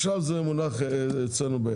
עכשיו זה מונח אצלנו.